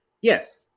yes